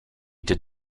did